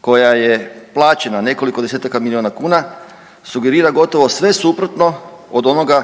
koja je plaćena nekoliko desetaka milijuna kuna sugerira gotovo sve suprotno od onoga